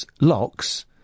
locks